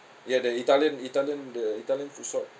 ya the italian italian the italians food shop